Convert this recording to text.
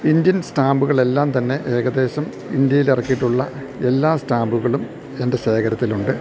Indian സ്റ്റാമ്പ്കളെല്ലാം താൻ ഏകദേശം ഇന്ത്യയിൽ ഇറക്കിയിട്ടുള്ള എല്ലാ സ്റ്റാമ്പുകളും എൻ്റെ ശേഖരത്തിലുണ്ട്